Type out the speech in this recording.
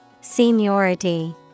Seniority